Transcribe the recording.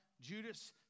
Judas